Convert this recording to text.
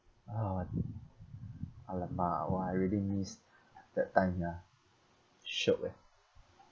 orh I !alamak! !wah! I really miss that time ya shiok eh